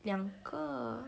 两个